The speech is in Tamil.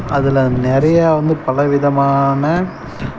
அதில் நிறைய வந்து பலவிதமான